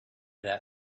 that